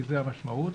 שזה המשמעות.